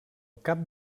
cap